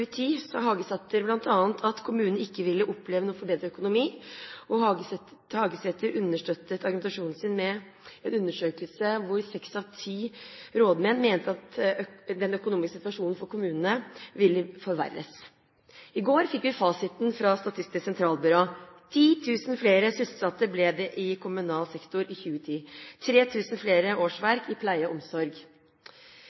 ti rådmenn mente at den økonomiske situasjonen for kommunene ville forverres. I går fikk vi fasiten fra Statistisk sentralbyrå: Det ble 10 000 flere sysselsatte i kommunal sektor i 2010 – 3 000 flere